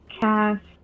cast